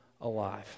alive